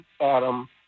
Adam